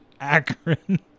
akron